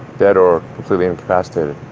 dead or completely incapacitated.